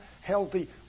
healthy